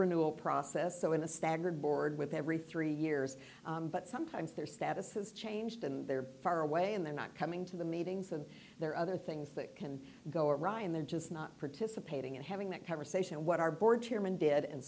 renewal process so in a staggered board with every three years but sometimes their status has changed and they are far away and they're not coming to the meetings and there are other things that can go awry and they're just not participating in having that conversation and what our board chairman did and